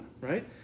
right